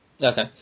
Okay